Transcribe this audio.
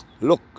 look